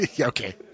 Okay